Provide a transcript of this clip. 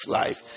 life